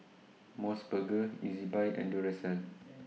Mos Burger Ezbuy and Duracell